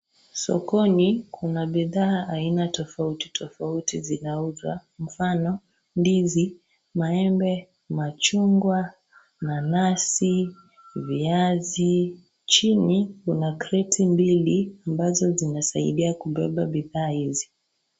Sokoni kuna bidhaa aina tofauti tofauti zinauzwa. Mfano ndizi, maembe, machungwa , nanasi , viazi. Chini kuna kreti mbili ambazo zinasaidia kubeba bidhaa hizi.